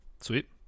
Sweet